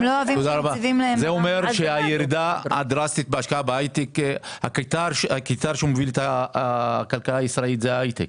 זה אומר שהירידה הדרסטית הקטר שמוביל את הכלכלה הישראלית זה ההייטק